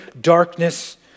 darkness